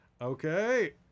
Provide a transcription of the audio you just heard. Okay